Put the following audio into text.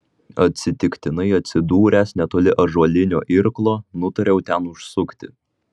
atsitiktinai atsidūręs netoli ąžuolinio irklo nutariau ten užsukti